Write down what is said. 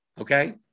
Okay